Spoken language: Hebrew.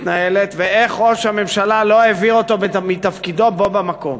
מתנהלת ואיך ראש הממשלה לא העביר אותו מתפקידו בו במקום.